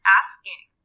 asking